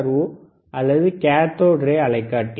ஓ அல்லது cathode ray அலைக்காட்டி